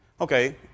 okay